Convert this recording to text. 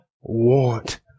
want